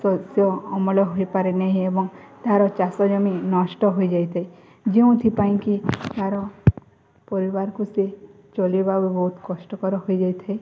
ଶସ୍ୟ ଅମଳ ହୋଇପାରେ ନାହିଁ ଏବଂ ତାର ଚାଷ ଜମି ନଷ୍ଟ ହୋଇଯାଇଥାଏ ଯେଉଁଥିପାଇଁକିି ତାର ପରିବାରକୁ ସେ ଚଳେଇବାକୁ ବହୁତ କଷ୍ଟକର ହୋଇଯାଇଥାଏ